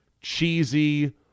cheesy